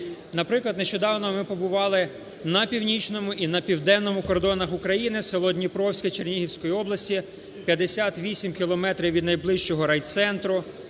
Наприклад, нещодавно ми побували на північному і на південному кордонах України, село Дніпровське Чернігівської області, 58 кілометрів від найближчого райцентру,